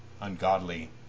ungodly